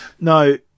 no